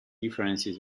differences